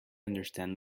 understand